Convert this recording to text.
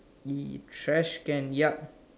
E trash can ya